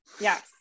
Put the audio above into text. Yes